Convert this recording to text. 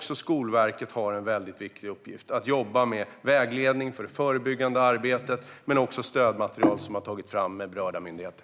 Skolverket har också en viktig uppgift, när det gäller att jobba med vägledning för det förebyggande arbetet och med det stödmaterial man har tagit fram med berörda myndigheter.